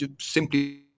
simply